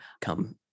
come